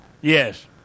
Yes